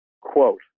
Quote